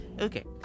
Okay